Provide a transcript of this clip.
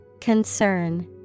Concern